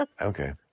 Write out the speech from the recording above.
Okay